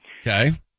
okay